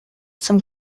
zum